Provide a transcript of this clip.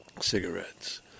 cigarettes